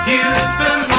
Houston